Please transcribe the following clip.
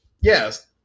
yes